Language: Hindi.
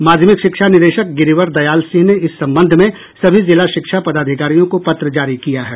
माध्यमिक शिक्षा निदेशक गिरिवर दयाल सिंह ने इस संबंध में सभी जिला शिक्षा पदाधिकारियों को पत्र जारी किया है